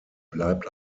bleibt